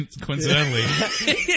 coincidentally